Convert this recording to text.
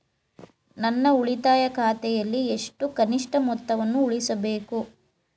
ನನ್ನ ಉಳಿತಾಯ ಖಾತೆಯಲ್ಲಿ ಎಷ್ಟು ಕನಿಷ್ಠ ಮೊತ್ತವನ್ನು ಉಳಿಸಬೇಕು?